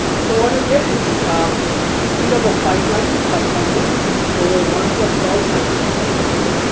so, what you get is speedup of pipeline is pipeline depth over one plus stall cycles per instruction,